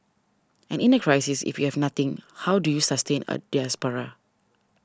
and in a crisis if we have nothing how do you sustain a diaspora